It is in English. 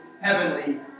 heavenly